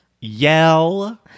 yell